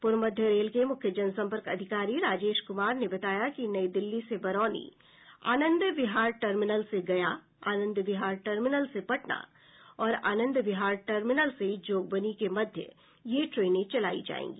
पूर्व मध्य रेल के मुख्य जनसंपर्क अधिकारी राजेश कुमार ने बताया कि नई दिल्ली से बरौनी आनंद विहार टर्मिनल से गया आनंद विहार टर्मिनल से पटना और आनंद विहार टर्मिनल से जोगबनी के मध्य ये ट्रेने चलायी जायेंगी